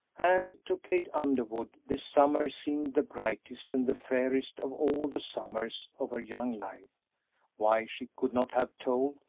and to kate underwood this summer seemed the brightest and the fairest of all the summers of her young life why, she could not have told,